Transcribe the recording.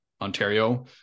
Ontario